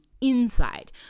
inside